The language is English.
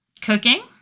Cooking